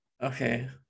Okay